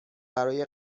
برای